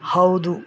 ಹೌದು